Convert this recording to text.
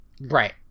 right